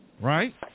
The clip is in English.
right